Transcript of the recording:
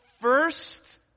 first